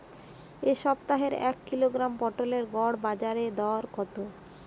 এ সপ্তাহের এক কিলোগ্রাম পটলের গড় বাজারে দর কত?